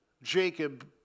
Jacob